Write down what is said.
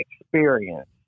experience